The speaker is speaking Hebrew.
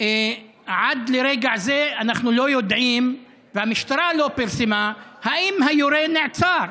עד לרגע זה אנחנו לא יודעים והמשטרה לא פרסמה אם היורה נעצר.